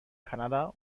kanada